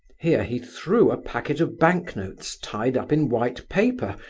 here he threw a packet of bank-notes tied up in white paper,